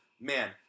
man